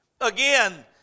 Again